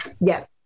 Yes